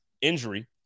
injury